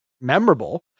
memorable